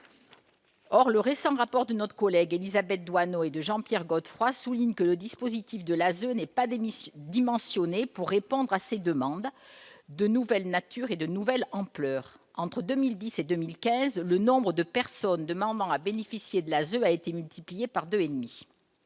Doineau et notre ancien collègue Jean-Pierre Godefroy soulignent que le dispositif de l'ASE n'est pas dimensionné pour répondre à ces demandes de nouvelle nature et de nouvelle ampleur. Entre 2010 et 2015, le nombre de personnes demandant à bénéficier de l'ASE a été multiplié par 2,5.